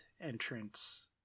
entrance